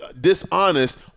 dishonest